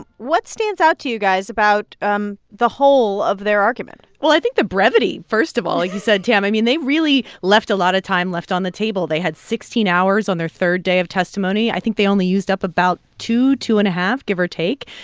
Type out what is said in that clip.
what stands out to you guys about um the whole of their argument? well, i think the brevity, first of all, like you said, tam. i mean, they really left a lot of time left on the table. they had sixteen hours on their third day of testimony. i think they only used up about two, two and a half, give or take.